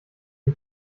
die